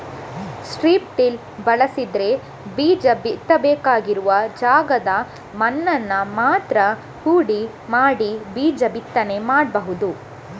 strip till ಬಳಸಿದ್ರೆ ಬೀಜ ಬಿತ್ತಬೇಕಾಗಿರುವ ಜಾಗದ ಮಣ್ಣನ್ನ ಮಾತ್ರ ಹುಡಿ ಮಾಡಿ ಬೀಜ ಬಿತ್ತನೆ ಮಾಡ್ಬಹುದು